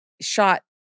shot